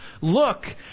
look